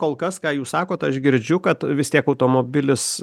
kol kas ką jūs sakot aš girdžiu kad vis tiek automobilis